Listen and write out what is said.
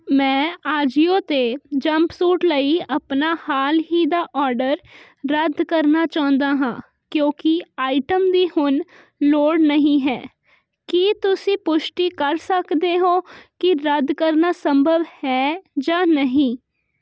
ਮੈਂ ਆਜੀਓ 'ਤੇ ਜੰਪਸੂਟ ਲਈ ਆਪਣਾ ਹਾਲ ਹੀ ਦਾ ਆਰਡਰ ਰੱਦ ਕਰਨਾ ਚਾਹੁੰਦਾ ਹਾਂ ਕਿਉਂਕਿ ਆਈਟਮ ਦੀ ਹੁਣ ਲੋੜ ਨਹੀਂ ਹੈ ਕੀ ਤੁਸੀਂ ਪੁਸ਼ਟੀ ਕਰ ਸਕਦੇ ਹੋ ਕਿ ਰੱਦ ਕਰਨਾ ਸੰਭਵ ਹੈ ਜਾਂ ਨਹੀਂ